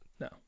No